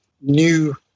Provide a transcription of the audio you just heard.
new